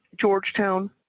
Georgetown